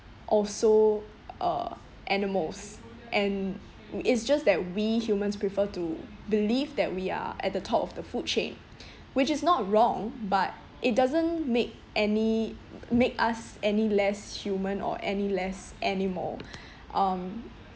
also uh animals and it's just that we humans prefer to believe that we are at the top of the food chain which is not wrong but it doesn't make any make us any less human or any less animal um